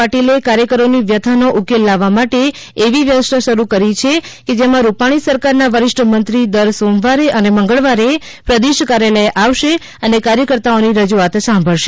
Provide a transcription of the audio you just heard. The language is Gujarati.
પાટીલે કાર્યકરો ની વ્યથા નો ઉકેલ લાવવા માટે એવી વ્યવસ્થા શરૂ કરી છે જેમાં રૂપાણી સરકાર ના વરીષ્ઠ મંત્રી દર સોમવારે અને મંગલવારે પ્રદેશ કાર્યાલય આવશે અને કાર્યકર્તાઓની રજૂઆત સંભાળશે